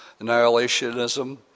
annihilationism